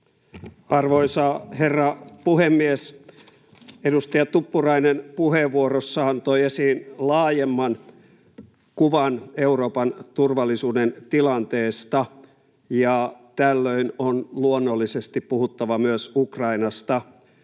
Arvoisa herra puhemies! Edustaja Tuppurainen puheenvuorossaan toi esiin laajemman kuvan Euroopan turvallisuuden tilanteesta. Tällöin on luonnollisesti puhuttava myös Ukrainasta.